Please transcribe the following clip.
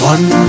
One